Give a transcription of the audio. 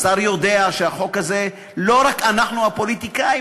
השר יודע שהחוק הזה, לא רק אנחנו, הפוליטיקאים.